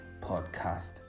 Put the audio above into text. podcast